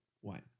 One